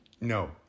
No